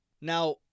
Now